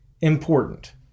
important